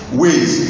ways